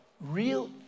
real